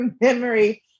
memory